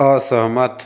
असहमत